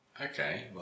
Okay